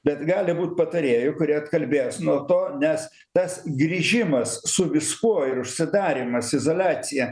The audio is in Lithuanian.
bet gali būt patarėjų kurie atkalbės nuo to nes tas grįžimas su viskuo ir užsidarymas izoliacija